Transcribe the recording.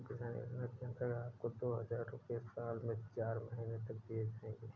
PM किसान योजना के अंतर्गत आपको दो हज़ार रुपये साल में चार महीने तक दिए जाएंगे